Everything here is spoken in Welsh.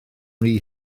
rhy